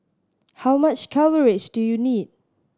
how much coverage do you need